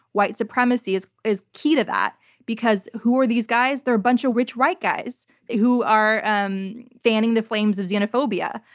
white supremacy is is key to that because who are these guys? they're a bunch of rich white guys who are um fanning the flames of xenophobia.